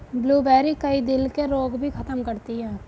blueberry, कई दिल के रोग भी खत्म करती है